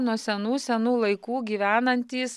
nuo senų senų laikų gyvenantys